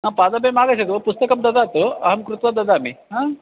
आ पादमेव आगच्छतु पुस्तकं ददातु अहं कृत्वा ददामि हा